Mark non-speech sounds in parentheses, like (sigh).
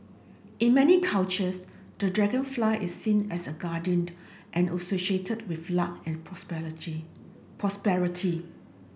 in many cultures the dragonfly is seen as a guardian (unintelligible) and associated with luck and (unintelligible) prosperity